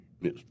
Yes